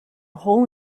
hole